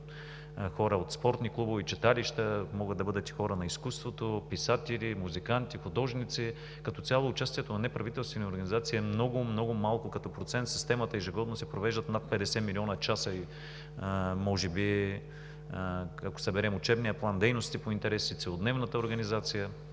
хора от спортни клубове, читалища, хора на изкуството, писатели, музиканти, художници. Като цяло участието на неправителствени организации в системата е много малко като процент. В системата ежегодно се провеждат над 50 милиона часа и може би, ако съберем учебния план, дейностите по интереси, целодневната организация…